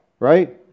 Right